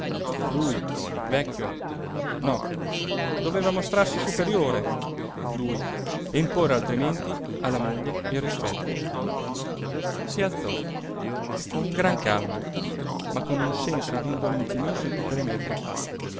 lui vecchio no doveva mostrarsi superiore lui e imporre altrimenti alla moglie il rispetto si alzò con gran calma ma con un senso d'indolenzimento in tutte le membra